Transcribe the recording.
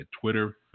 Twitter